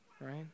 right